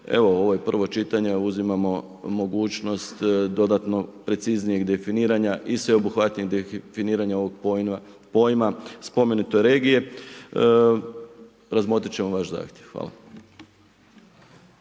Evo, ovo je prvo čitanje, uzimamo mogućnost, dodatno preciznijeg definiranja i sveobuhvatnijeg definiranja ovog pojma spomenute regije, razmotriti ćemo vaš zahtjev. Hvala.